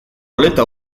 oleta